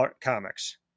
Comics